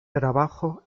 trabajó